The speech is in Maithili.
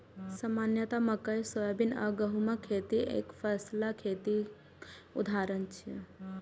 सामान्यतः मकइ, सोयाबीन आ गहूमक खेती एकफसला खेतीक उदाहरण छियै